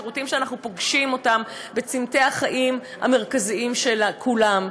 שירותים שאנחנו פוגשים בצומתי החיים המרכזיים של כולם,